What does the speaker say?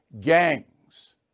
gangs